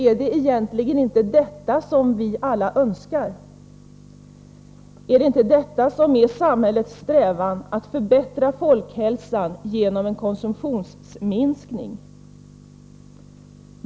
Är det egentligen inte detta som vi alla önskar? Är det inte detta som är samhällets strävan, att förbättra folkhälsan genom en konsumtionsminskning?